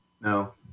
No